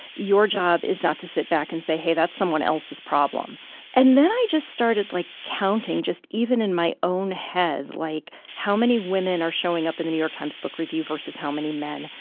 your job is not to sit back and say, hey, that's someone else's problem and then i just started, like, counting, just even in my own head, like, how many women are showing up in the new york times book review versus how many men,